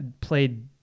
played